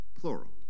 plural